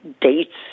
dates